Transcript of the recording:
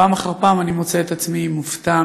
ופעם אחר פעם אני מוצא את עצמי מופתע